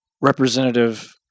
representative